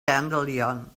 dandelion